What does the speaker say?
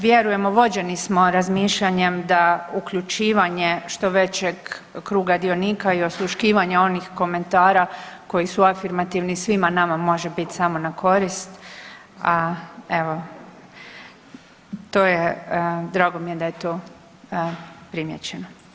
Vjerujemo vođeni smo razmišljanjem da uključivanje što većeg kruga dionika i osluškivanje onih komentara koji su afirmativni svima nama može bit samo na korist, a evo to je, drago mi je da je to primjećeno.